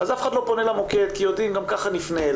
אז אף אחד לא פונה למוקד כי יודעים שגם כך אם יפנו,